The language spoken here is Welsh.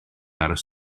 aros